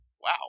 Wow